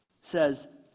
says